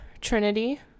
Trinity